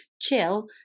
chill